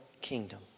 kingdom